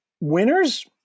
winners